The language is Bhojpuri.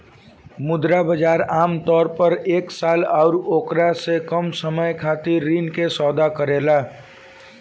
मुद्रा बाजार आमतौर पर एक साल अउरी ओकरा से कम समय खातिर ऋण के सौदा करेला